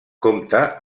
compta